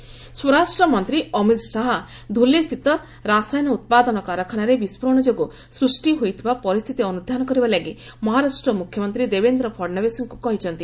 Shah Maha CM ସ୍ୱରାଷ୍ଟ୍ର ମନ୍ତ୍ରୀ ଅମିତ୍ ଶାହା ଧୁଲେସ୍ଥିତ ରାସାୟନ ଉତ୍ପାଦନ କାରଖାନାରେ ବିଷ୍ଟୋରଣ ଯୋଗୁଁ ସୃଷ୍ଟି ହୋଇଥିବା ପରିସ୍ତିତି ଅନୁଧ୍ୟାନ କରିବା ଲାଗି ମହାରାଷ୍ଟ୍ର ମ୍ରଖ୍ୟମନ୍ତ୍ରୀ ଦେବେନ୍ଦ ଫଡ୍ନବୀସ୍ଙ୍କ କହିଛନ୍ତି